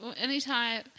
Anytime